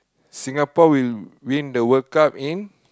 Singapore will win the World-Cup in